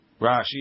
Rashi